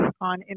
on